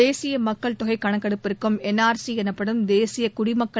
தேசிய மக்கள் தொகை கணக்கெடுப்புக்கும் என்ஆர்சி எனப்படும் தேசிய குடிமக்கள்